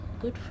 good